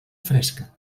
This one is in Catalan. fresca